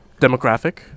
demographic